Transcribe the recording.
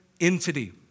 entity